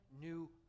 new